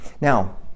Now